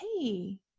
hey